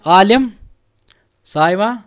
عالِم Saima